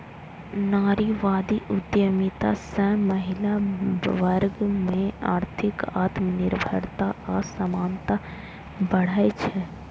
नारीवादी उद्यमिता सं महिला वर्ग मे आर्थिक आत्मनिर्भरता आ समानता बढ़ै छै